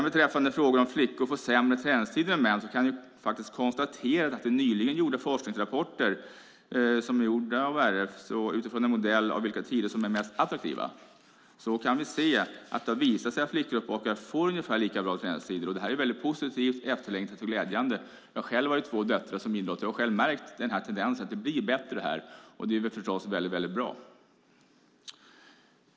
Beträffande frågan om flickor får sämre träningstider än män kan konstateras att det i forskningsrapporter som nyligen gjorts av RF utifrån en modell av vilka tider som är mest attraktiva har visat sig att flickor och pojkar får ungefär lika bra träningstider. Detta är mycket positivt, efterlängtat och glädjande. Jag har själv två döttrar som idrottar och har märkt tendensen att det blir bättre.